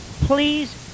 please